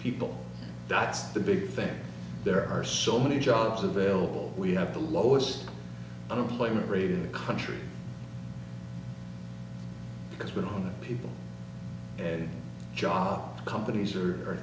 people that's the big thing there are so many jobs available we have the lowest unemployment rate in the country because we're on the people and jobs companies are